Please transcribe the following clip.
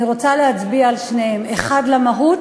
אני רוצה להצביע על שניהם: אחד למהות